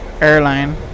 airline